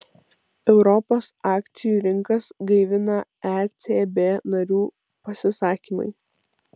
europos akcijų rinkas gaivina ecb narių pasisakymai